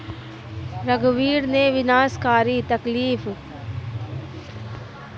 रघुवीर ने विनाशकारी तकनीक का प्रयोग करके आज आठ क्विंटल मछ्ली पकड़ा